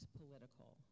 political